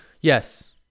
Yes